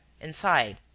inside